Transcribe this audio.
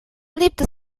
liebte